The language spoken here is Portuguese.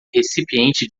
recipiente